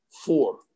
four